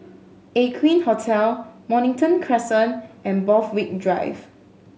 Aqueen Hotel Mornington Crescent and Borthwick Drive